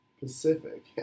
Pacific